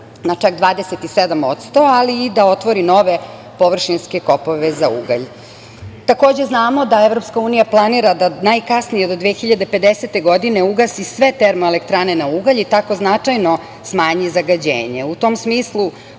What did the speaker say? na čak 27%, ali i da otvori nove površinske kopove za ugalj. Takođe, znamo da EU planira da najkasnije do 2050. godine ugasi sve termoelektrane na ugalj i tako značajno smanji zagađenje.U